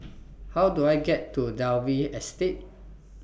How Do I get to Dalvey Estate